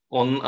on